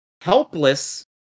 Helpless